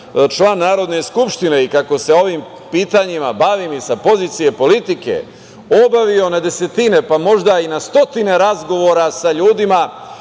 član Narodne skupštine i kako se ovim pitanjima bavim i sa pozicije politike, obavio na desetine, možda i na stotine razgovora sa ljudima